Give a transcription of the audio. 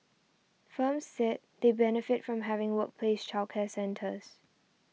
firms said they benefit from having workplace childcare centres